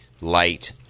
light